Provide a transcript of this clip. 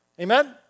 Amen